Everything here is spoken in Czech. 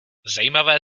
zajímavé